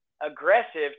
aggressive